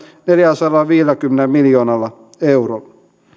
neljälläsadallaviidelläkymmenellä miljoonalla eurolla